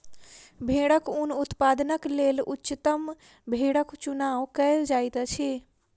भेड़क ऊन उत्पादनक लेल उच्चतम भेड़क चुनाव कयल जाइत अछि